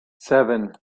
seven